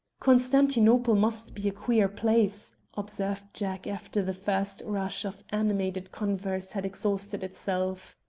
constantinople must be a queer place, observed jack after the first rush of animated converse had exhausted itself.